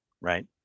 right